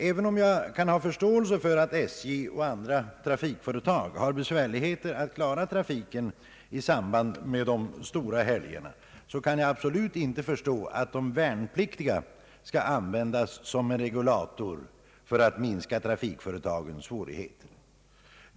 Även om jag kan ha förståelse för att SJ och andra trafikföretag har besvärligheter att klara trafiken i samband med de stora helgerna, kan jag absolut inte inse att de värnpliktiga skall användas som en regulator för att minska trafikföretagens svårigheter.